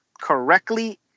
correctly